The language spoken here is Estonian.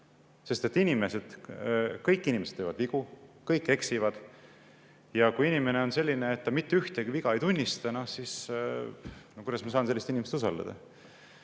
Sest kõik inimesed teevad vigu, kõik eksivad ja kui inimene on selline, et ta mitte ühtegi viga ei tunnista, siis kuidas ma saan sellist inimest usaldada?